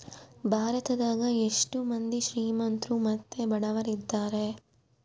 ಭಾರತದಗ ಎಷ್ಟ ಮಂದಿ ಶ್ರೀಮಂತ್ರು ಮತ್ತೆ ಬಡವರಿದ್ದಾರೆ?